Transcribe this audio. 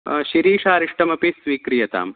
शिरीशारिष्टमपि स्वीक्रियताम्